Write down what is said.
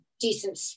decent